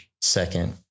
second